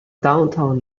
downtown